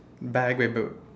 back wait b~